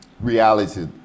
reality